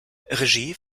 regie